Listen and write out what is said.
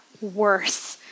worse